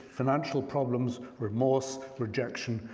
financial problems, remorse, rejection,